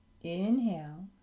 Inhale